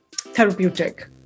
therapeutic